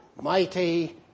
mighty